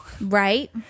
Right